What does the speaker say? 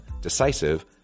decisive